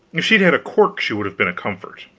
if she had had a cork she would have been a comfort.